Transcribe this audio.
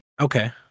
Okay